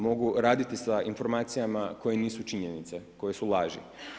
Mogu raditi sa informacijama koje nisu činjenice, koje su laži.